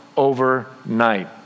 Overnight